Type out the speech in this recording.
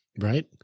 Right